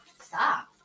stop